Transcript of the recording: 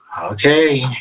okay